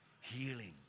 healing